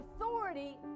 authority